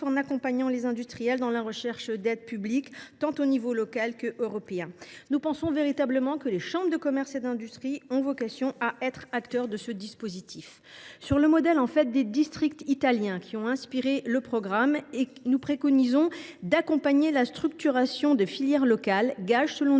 en accompagnant les industriels dans la recherche d’aides publiques, tant au niveau local qu’à l’échelle européenne. Nous sommes convaincus que les chambres de commerce et d’industrie ont vocation à être acteurs de ce dispositif. Sur le modèle des « districts » italiens, qui ont inspiré le programme, nous préconisons d’accompagner la structuration de filières locales, car c’est selon nous